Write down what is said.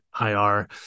IR